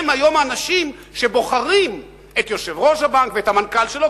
הם היום האנשים שבוחרים את יושב-ראש הבנק ואת המנכ"ל שלו,